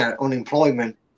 Unemployment